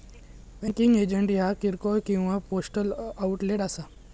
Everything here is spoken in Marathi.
बँकिंग एजंट ह्या किरकोळ किंवा पोस्टल आउटलेट असा